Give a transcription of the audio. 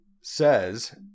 says